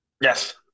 yes